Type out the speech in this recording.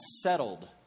settled